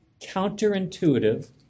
counterintuitive